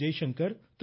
Jaishankar Thiru